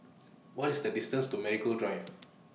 What IS The distance to Marigold Drive